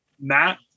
Matt